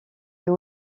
est